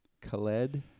Khaled